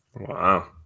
Wow